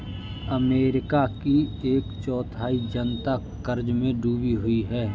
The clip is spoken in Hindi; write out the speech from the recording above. अमेरिका की एक चौथाई जनता क़र्ज़ में डूबी हुई है